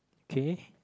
K